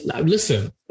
listen